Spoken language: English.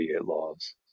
Laws